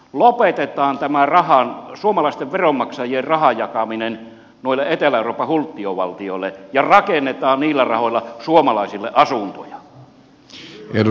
lopetetaan tämä suomalaisten veronmaksajien rahan jakaminen noille etelä euroopan hulttiovaltioille ja rakennetaan niillä rahoilla suomalaisille asuntoja